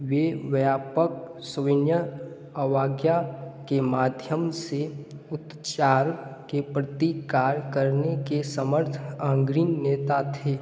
वे व्यापक सविनय अवज्ञा के माध्यम से उपचार के प्रति कार्य करने के समर्थ अंग्रीम नेता थे